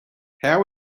how